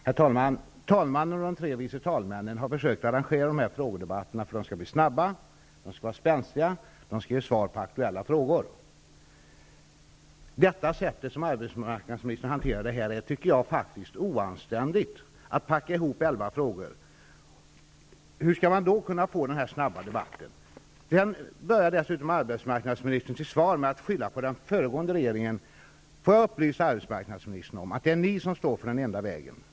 Herr talman! Talmannen och de tre vice talmännen har försökt att arrangera dessa frågedebatter så att de skall bli snabba och spänstiga. Vid frågestunderna skall ges svar på aktuella frågor. Det sätt som arbetsmarknadsministern hanterar detta på är oanständigt, att packa ihop elva frågor. Hur skall man då kunna få en snabb debatt? Arbetsmarknadsministern börjar sitt svar med att skylla på den föregående regeringen. Jag vill upplysa arbetsmarknadsministern om att det är ni som står för den enda vägen.